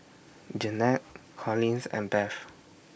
Jeanne Collins and Bev